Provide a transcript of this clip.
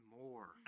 more